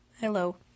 Hello